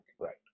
right